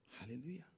Hallelujah